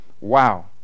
Wow